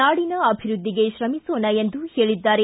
ನಾಡಿನ ಅಭಿವೃದ್ಧಿಗೆ ತ್ರಮಿಸೋಣ ಎಂದು ಹೇಳಿದ್ದಾರೆ